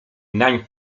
nań